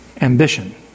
ambition